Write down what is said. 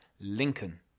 Lincoln